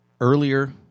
earlier